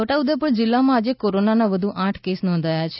છોટાઉદેપુર જિલ્લામાં આજે કોરોનાના વધુ આઠ કેસ નોંધાયા છે